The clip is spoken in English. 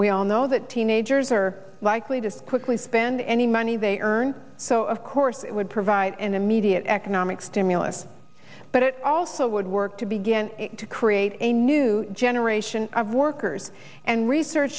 we all know that teenagers are likely to squeeze we spend any money they earned so of course it would provide an immediate economic stimulus but it also would work to begin to create a new generation of workers and research